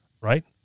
right